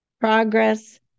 progress